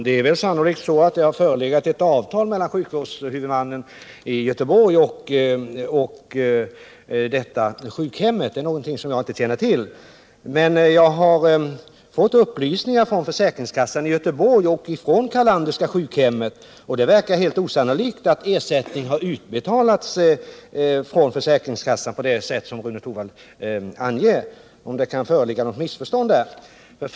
Herr talman! Det har sannolikt förelegat ett avtal mellan sjukvårdshuvudmannen i Göteborg och detta sjukhem. Det är något som jag inte känner till. Men jag har fått upplysningar från försäkringskassan i Göteborg och från Carlanderska sjukhemmet. Det verkar helt osannolikt att ersättning har utbetalats från försäkringskassan på det sätt som Rune Torwald anger. Kan det föreligga något missförstånd härvidlag?